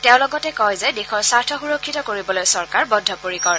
তেওঁ লগতে কয় যে দেশৰ স্বাৰ্থ সুৰফ্তিত কৰিবলৈ চৰকাৰ বদ্ধপৰিকৰ